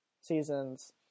seasons